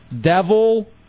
Devil